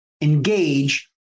engage